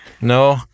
No